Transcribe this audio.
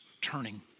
turning